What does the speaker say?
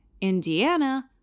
Indiana